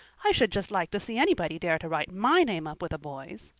i should just like to see anybody dare to write my name up with a boy's.